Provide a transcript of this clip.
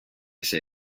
say